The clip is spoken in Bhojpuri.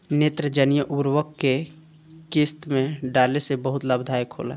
नेत्रजनीय उर्वरक के केय किस्त में डाले से बहुत लाभदायक होला?